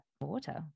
water